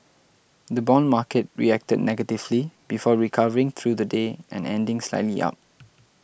the bond market reacted negatively before recovering through the day and ending slightly up